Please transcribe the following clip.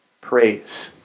praise